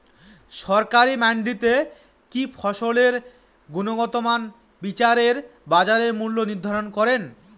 সরকারি মান্ডিতে কি ফসলের গুনগতমান বিচারে বাজার মূল্য নির্ধারণ করেন?